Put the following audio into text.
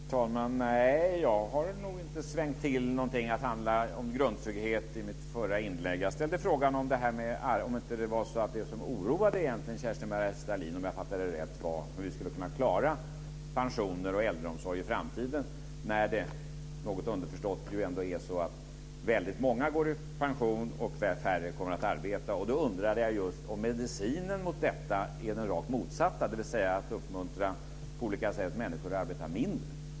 Fru talman! Nej, jag har nog inte svängt till någonting till att handla om grundtrygghet i mitt förra inlägg. Jag frågade om inte det som egentligen oroade Kerstin-Maria Stalin, om jag fattade det rätt, var hur vi ska klara pensioner och äldreomsorg i framtiden när det, något underförstått, ändå är så att väldigt många går i pension och färre kommer att arbeta. Då undrade jag om medicinen mot detta är den rakt motsatta, dvs. att på olika sätt uppmuntra människor att arbeta mindre.